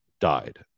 died